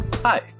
Hi